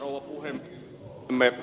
olemme ed